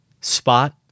spot